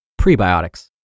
Prebiotics